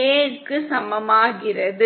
Aக்கு சமமாகிறது